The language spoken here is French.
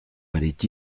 valait